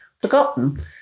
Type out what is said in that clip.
forgotten